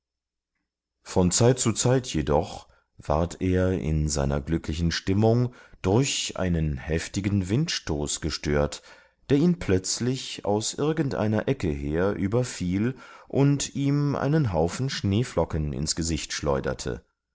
von zeit zu zeit jedoch ward er in seiner glücklichen stimmung durch einen heftigen windstoß gestört der ihn plötzlich aus irgendeiner ecke her überfiel und ihm einen haufen schneeflocken ins gesicht schleuderte